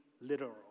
literal